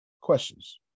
questions